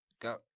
go